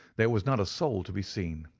there was not a soul to be seen,